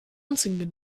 pflanzen